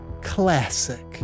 classic